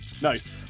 Nice